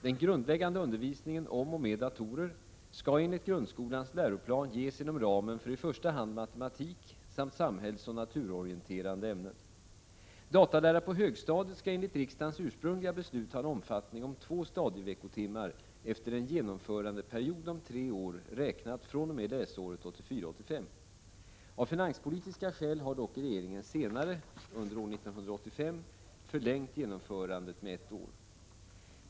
Den grundläggande undervisningen om och med datorer skall enligt grundskolans läroplan ges inom ramen för i första hand matematik samt samhällsoch naturorienterande ämnen. Av finanspolitiska skäl har dock regeringen senare, under år 1985, förlängt genomförandet med ett år.